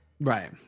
right